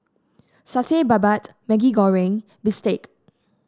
Satay Babat Maggi Goreng bistake